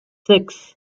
six